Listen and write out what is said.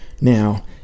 Now